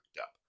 up